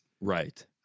Right